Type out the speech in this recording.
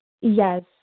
Yes